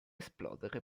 esplodere